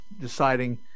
deciding